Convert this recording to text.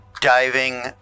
diving